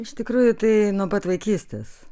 iš tikrųjų tai nuo pat vaikystės